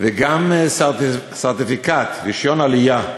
גם סרטיפיקט, רישיון עלייה,